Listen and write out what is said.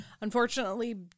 Unfortunately